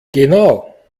genau